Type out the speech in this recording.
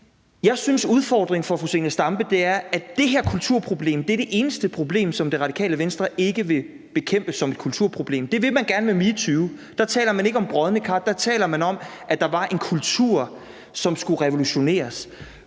Jeg synes, at udfordringen for fru Zenia Stampe er, at det her kulturproblem er det eneste problem, som Radikale Venstre ikke vil bekæmpe som et kulturproblem. Det vil man gerne med metoo. Der taler man ikke om brodne kar; der taler man om, at der var en kultur, som skulle revolutioneres.